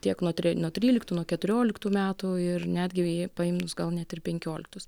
tiek nuo tre nuo tryliktų nuo keturioliktų metų ir netgi ė pėmus gal net ir penkioliktus